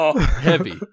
Heavy